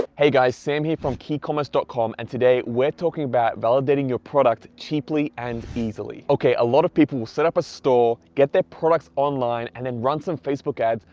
hey, guys. sam here from keycommerce dot com and today we're talking about validating your product cheaply and easily. okay, a lot of people will set up a store, get their products online and then run some facebook ads,